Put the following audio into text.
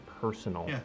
personal